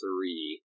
three